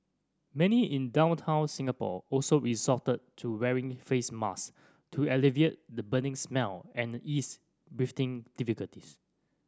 many in downtown Singapore also resorted to wearing face mask to alleviate the burning smell and ease breathing difficulties